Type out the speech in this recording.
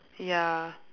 ya